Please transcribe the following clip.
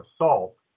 assault